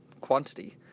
quantity